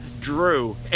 Drew